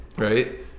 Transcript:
right